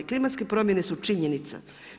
Klimatske promjene su činjenica.